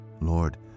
Lord